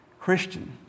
Christian